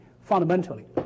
fundamentally